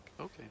Okay